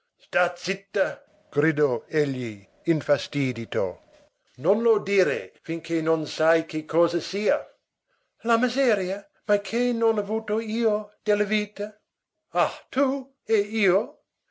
sta zitta gridò egli infastidito non lo dire finché non sai che cosa sia la miseria ma che n'ho avuto io della vita ah tu e io